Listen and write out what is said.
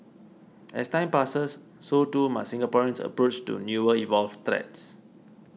as time passes so too must Singapore's approach to newer evolved threats